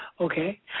Okay